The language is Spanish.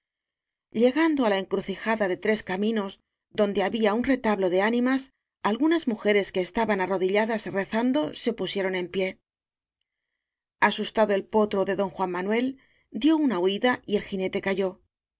llegando á la encrucijada de tres caminos donde había un retablo de ánimas algunas mujeres que estaban arro dilladas rezando se pusieron en pie asus tado el potro de don juan manuel dió una huida y el jinete cayó